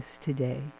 today